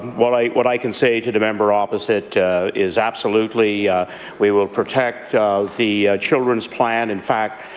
what i what i can say to the member opposite is absolutely we will protect the children's plan. in fact,